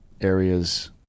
areas